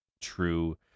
true